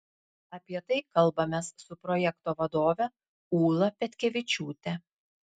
apie tai kalbamės su projekto vadove ūla petkevičiūte